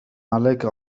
عليك